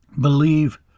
believe